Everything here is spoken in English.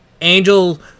Angel